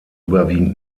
überwiegend